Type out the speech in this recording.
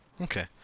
Okay